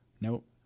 Nope